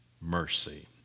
mercy